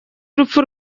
urupfu